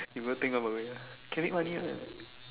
you go think of a way ah can make money [one]